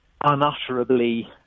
unutterably